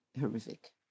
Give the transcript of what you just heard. horrific